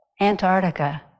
Antarctica